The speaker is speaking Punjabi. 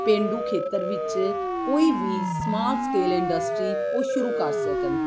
ਪੇਂਡੂ ਖੇਤਰ ਵਿੱਚ ਕੋਈ ਵੀ ਸਮਾਲ ਸਕੇਲ ਇੰਡਸਟਰੀ ਉਹ ਸ਼ੁਰੂ ਕਰ ਸਕਣ